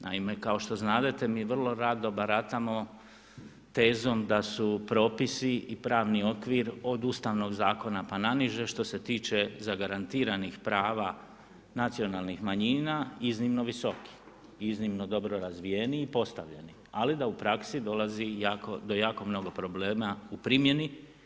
Naime, kao što znadete mi vrlo rado baratamo tezom da su propisi i pravni okvir od Ustavnog zakona pa na niže što se tiče zagarantiranih prava nacionalnih manjina iznimno visoki, iznimno dobro razvijeni i postavljeni ali da u praksi dolazi do jako mnogo problema u primjeni.